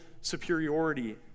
superiority